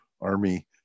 army